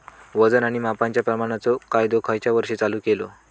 वजन आणि मापांच्या प्रमाणाचो कायदो खयच्या वर्षी चालू केलो?